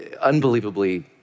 unbelievably